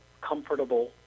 comfortable